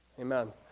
Amen